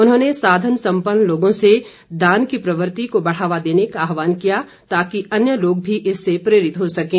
उन्होंने साधन सम्पन्न लोगों से दान की प्रवृति को बढ़ावा देने का आहवान किया ताकि अन्य लोग भी इससे प्रेरित हो सकें